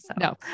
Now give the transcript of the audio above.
No